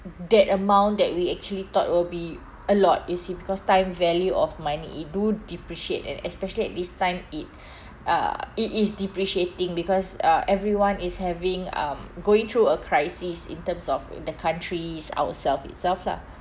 that amount that we actually thought will be a lot you see because time value of money it do depreciate and especially at this time it uh it is depreciating because uh everyone is having um going through a crisis in terms of the country ourself itself lah